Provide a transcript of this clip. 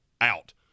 out